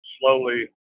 slowly